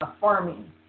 farming